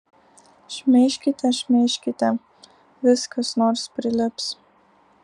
šmeižkite šmeižkite vis kas nors prilips